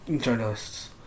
journalists